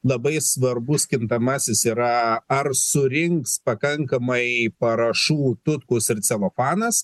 labai svarbus kintamasis yra a ar surinks pakankamai parašų tutkus ir celofanas